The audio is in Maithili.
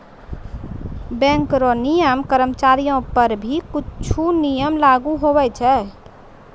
बैंक रो नियम कर्मचारीयो पर भी कुछु नियम लागू हुवै छै